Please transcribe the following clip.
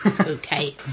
Okay